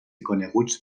coneguts